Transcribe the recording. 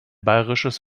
bayrisches